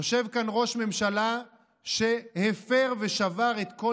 יושב כאן ראש ממשלה שהפר ושבר את כל